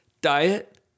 Diet